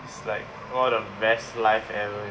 it's like one of the best life ever